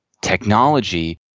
Technology